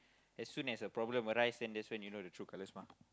as soon as a problem arise then that's when you know the true colours mah